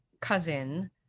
cousin